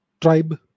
tribe